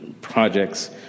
projects